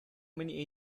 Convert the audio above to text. many